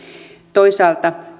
toisaalta